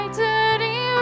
dirty